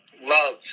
love